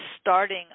starting